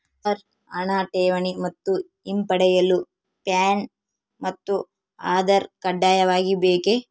Sir ಹಣ ಠೇವಣಿ ಮತ್ತು ಹಿಂಪಡೆಯಲು ಪ್ಯಾನ್ ಮತ್ತು ಆಧಾರ್ ಕಡ್ಡಾಯವಾಗಿ ಬೇಕೆ?